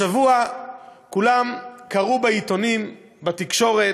השבוע כולם קראו בעיתונים, בתקשורת,